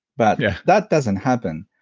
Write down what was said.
but yeah that doesn't happen.